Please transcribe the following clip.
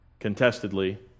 contestedly